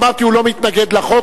אמרתי: הוא לא מתנגד לחוק,